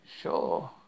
sure